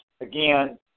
Again